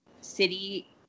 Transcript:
city